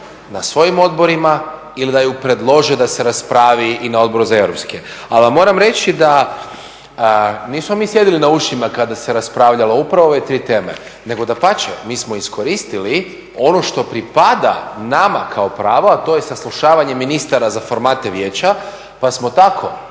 na svojim odborima ili da ju predlože da se raspravi i na Odboru za europske. Ali vam moram reći da nismo mi sjedili na ušima kada se raspravljalo upravo o ove tri teme, nego dapače mi smo iskoristili ono što pripada nama kao pravo, a to je saslušavanje ministara za formate vijeća, pa smo tako